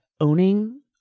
owning